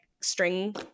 string